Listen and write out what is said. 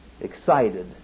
excited